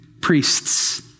priests